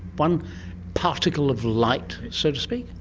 one particle of light, so to speak?